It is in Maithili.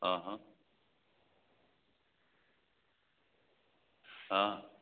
हँ हँ हँ